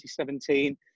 2017